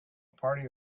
party